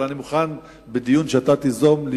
אבל בדיון שאתה תיזום,